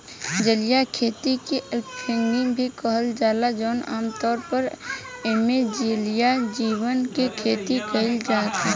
जलीय खेती के एक्वाफार्मिंग भी कहल जाला जवन आमतौर पर एइमे जलीय जीव के खेती कईल जाता